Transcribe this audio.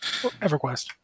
EverQuest